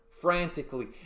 frantically